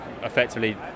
effectively